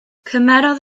cymerodd